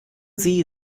sie